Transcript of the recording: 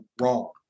wrong